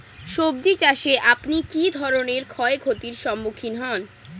সবজী চাষে আপনি কী ধরনের ক্ষয়ক্ষতির সম্মুক্ষীণ হন?